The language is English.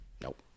nope